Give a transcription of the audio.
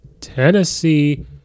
Tennessee